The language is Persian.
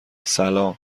سلام